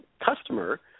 customer